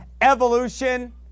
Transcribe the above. evolution